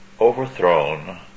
overthrown